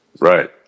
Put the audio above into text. Right